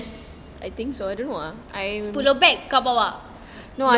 sepuluh beg kau bawa